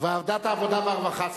ועדת העבודה והרווחה.